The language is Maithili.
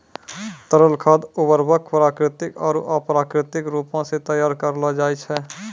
तरल खाद उर्वरक प्राकृतिक आरु अप्राकृतिक रूपो सें तैयार करलो जाय छै